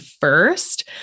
first